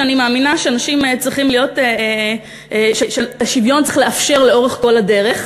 שאני מאמינה שאת השוויון צריך לאפשר לאורך כל הדרך.